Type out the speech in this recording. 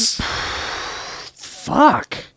fuck